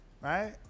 Right